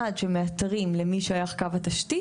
עד שמאתרים למי שייך קו התשתית,